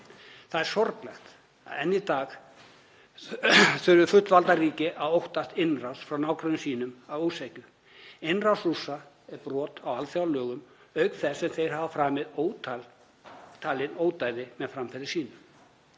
Það er sorglegt að enn í dag þurfi fullvalda ríki að óttast innrás frá nágrönnum sínum að ósekju. Innrás Rússa er brot á alþjóðalögum auk þess sem þeir hafa framið ótal ódæði með framferði sínu.